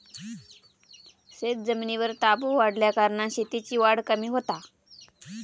शेतजमिनीर ताबो वाढल्याकारणान शेतीची वाढ कमी होता